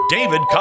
David